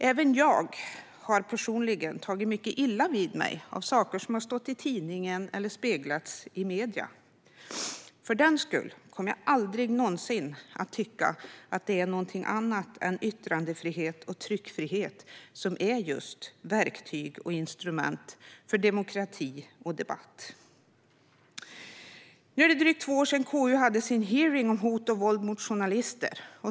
Även jag har personligen tagit mycket illa vid mig av saker som har stått i tidningen eller speglats i medierna, men för den skull kommer jag aldrig någonsin att tycka annat än att yttrandefriheten och tryckfriheten är verktyg och instrument för demokrati och debatt. Det är drygt två år sedan KU hade sin hearing om hot och våld mot journalister.